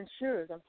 insurer's